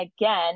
again